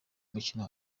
mukino